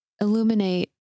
illuminate